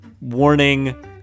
warning